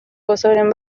gozoren